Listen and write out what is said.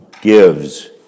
gives